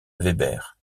weber